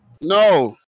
No